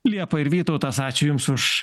liepa ir vytautas ačiū jums už